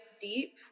deep